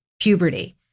puberty